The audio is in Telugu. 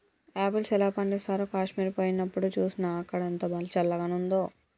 ఆపిల్స్ ఎలా పండిస్తారో కాశ్మీర్ పోయినప్డు చూస్నా, అక్కడ ఎంత చల్లంగున్నాదో